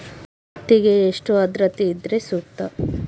ಹತ್ತಿಗೆ ಎಷ್ಟು ಆದ್ರತೆ ಇದ್ರೆ ಸೂಕ್ತ?